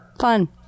Fun